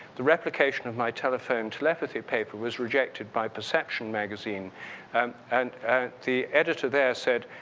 the replication of my telephone telepathy paper was rejected by perception magazine and and the editor there said,